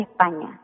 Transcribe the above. España